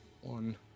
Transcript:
One